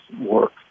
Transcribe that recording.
work